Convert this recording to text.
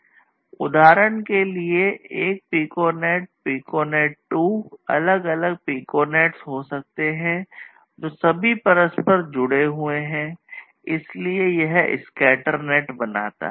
उदाहरण के लिए पिकोनेट 1 बनाता है